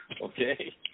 okay